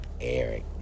eric